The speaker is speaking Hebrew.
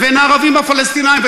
לבין הערבים הפלסטינים,